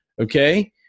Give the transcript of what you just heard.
okay